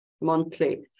monthly